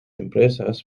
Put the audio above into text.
empresas